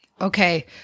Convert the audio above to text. okay